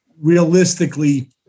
Realistically